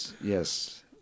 Yes